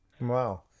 Wow